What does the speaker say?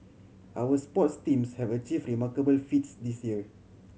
our sports teams have achieve remarkable feats this year